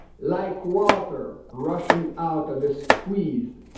like water rushing out of a squeezed